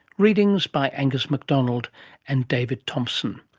readings by angus mcdonald and david thomson.